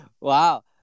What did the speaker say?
wow